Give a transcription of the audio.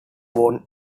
won